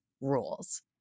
rules